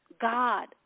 God